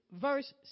verse